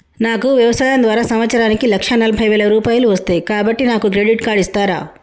నాకు వ్యవసాయం ద్వారా సంవత్సరానికి లక్ష నలభై వేల రూపాయలు వస్తయ్, కాబట్టి నాకు క్రెడిట్ కార్డ్ ఇస్తరా?